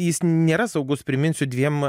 jis nėra saugus priminsiu dviem